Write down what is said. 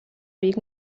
vic